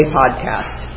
podcast